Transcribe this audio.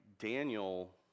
Daniel